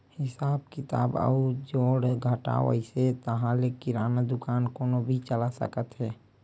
हिसाब किताब अउ जोड़ घटाव अइस ताहाँले किराना दुकान कोनो भी चला सकत हे